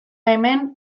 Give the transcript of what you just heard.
hemen